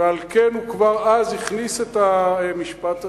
ועל כן כבר אז הכניס את המשפט הזה?